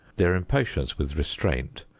their impatience with restraint,